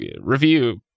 review